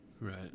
Right